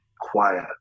quiet